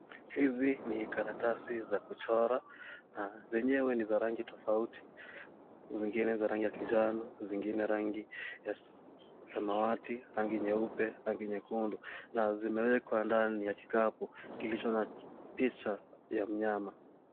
Hizi ni karatasi za kuchora zenyewe ni za rangi tofauti zingine za rangi ya kijani zingine za rangi ya samawati, rangi nyeupe, rangi nyekundu na zimewekwa ndani ya kikapu kilicho na picha ya mnyama.